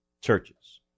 churches